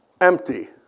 empty